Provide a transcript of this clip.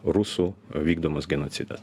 rusų vykdomas genocidas